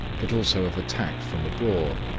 but also of attack from abroad,